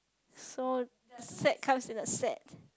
so a set comes in a set